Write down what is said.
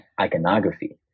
iconography